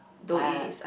I